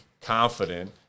confident